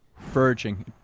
Verging